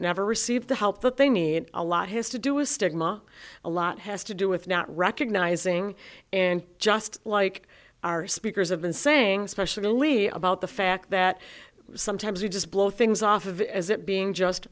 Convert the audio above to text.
never receive the help that they need a lot has to do is stigma a lot has to do with not recognizing and just like our speakers have been saying specially about the fact that sometimes you just blow things off of it as it being just